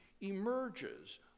emerges